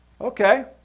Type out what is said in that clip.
Okay